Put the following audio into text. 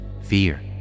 fear